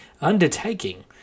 undertaking